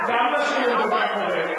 גם נשים עומדות מאחוריהן.